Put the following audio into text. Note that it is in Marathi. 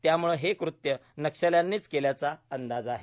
त्यामुळे हे कृत्य नक्षल्यांनीच केल्याचा अंदाज आहे